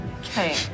Okay